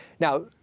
Now